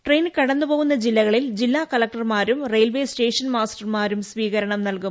train കടന്നു പോകുന്ന ജില്ലകളിൽ ജില്ലാ കളക്ടർമാരും റെയിൽവേ സ്റ്റേഷൻ മാസ്റ്റർമാരും സ്വീകരണം നൽകും